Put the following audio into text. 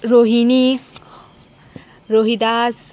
Rohini Rohidas